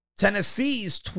Tennessee's